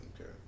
Okay